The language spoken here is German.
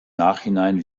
nachhinein